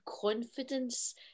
confidence